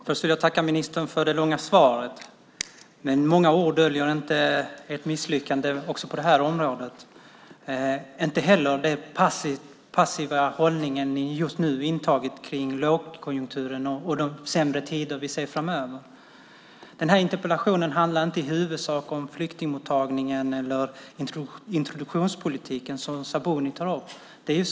Herr talman! Först vill jag tacka ministern för det långa svaret. Men många ord döljer inte ett misslyckande - så är det också på det här området - och inte heller den passiva hållning som ni just nu intagit till lågkonjunkturen och de sämre tider vi ser framöver. Interpellationen handlar inte i huvudsak om flyktingmottagningen eller om den introduktionspolitik som Sabuni här tar upp.